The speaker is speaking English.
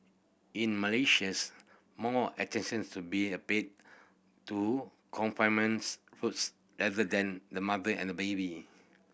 in Malaysia more more attention's to be a paid to confinements foods rather than the mother and baby